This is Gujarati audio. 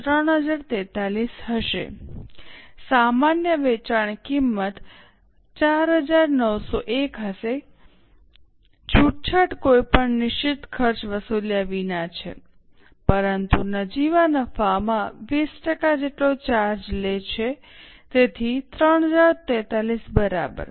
2 જે 3043 હશે સામાન્ય વેચાણ કિંમત 4901 હશે છૂટછાટ કોઈપણ નિશ્ચિત ખર્ચ વસૂલ્યા વિના છે પરંતુ નજીવા નફામાં 20 જેટલો ચાર્જ લે છે તેથી 3043 બરાબર